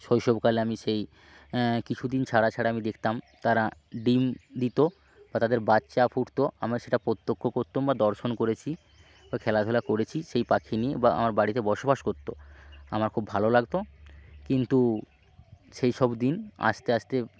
শৈশবকালে আমি সেই কিছুদিন ছাড়া ছাড়া আমি দেখতাম তারা ডিম দিত বা তাদের বাচ্চা ফুটত আমরা সেটা প্রত্যক্ষ করতাম বা দর্শন করেছি বা খেলাধুলা করেছি সেই পাখি নিয়ে বা আমার বাড়িতে বসবাস করত আমার খুব ভালো লাগত কিন্তু সেই সব দিন আস্তে আস্তে